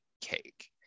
cake